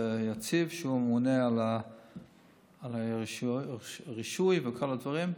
יציב, שהוא הממונה על הרישוי וכל הדברים,